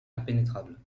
impénétrables